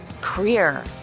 career